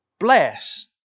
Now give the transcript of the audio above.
bless